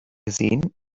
gesehen